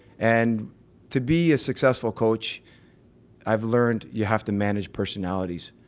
and to be a successful coach i've learned you have to manage personalities,